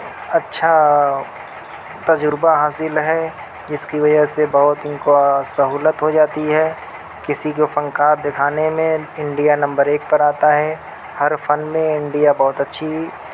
اچھا تجربہ حاصل ہے جس کی وجہ سے بہت ان کو سہولت ہو جاتی ہے کسی کو فن کار دکھانے میں انڈیا نمبر ایک پر آتا ہے ہر فن میں انڈیا بہت اچھی